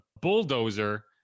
bulldozer